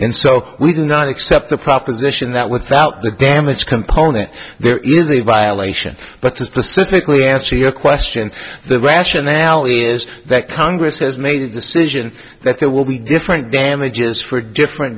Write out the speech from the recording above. and so we do not accept the proposition that without the damage component there is a violation but to specifically answer your question the rationale is that congress has made a decision that there will be different damages for different